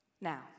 Now